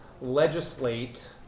legislate